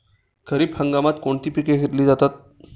खरीप हंगामात कोणती पिके घेतली जातात?